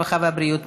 הרווחה והבריאות.